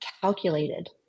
calculated